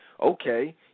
Okay